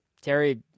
Terry